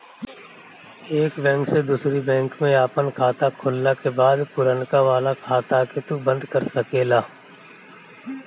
एक बैंक से दूसरी बैंक में आपन खाता खोलला के बाद पुरनका वाला खाता के तू बंद कर सकेला